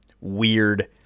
weird